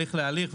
מהליך להליך,